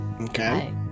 Okay